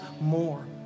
more